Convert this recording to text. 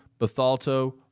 Bethalto